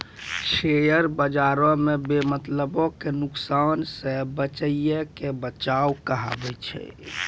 share बजारो मे बेमतलबो के नुकसानो से बचैये के बचाव कहाबै छै